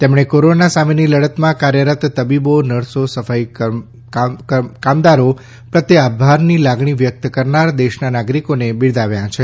તેમણે કોરોના સામેની લડતમાં કાર્યરત તબીબો નર્સો સફાઈ કામદારો પ્રત્યે આભારની લાગણી વ્યક્ત કરનાર દેશના નાગરિકોને બિરદાવ્યા છે